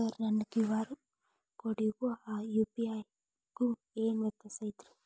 Sir ನನ್ನ QR ಕೊಡಿಗೂ ಆ ಯು.ಪಿ.ಐ ಗೂ ಏನ್ ವ್ಯತ್ಯಾಸ ಐತ್ರಿ?